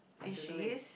which is